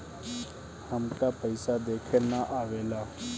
हमका पइसा देखे ना आवेला?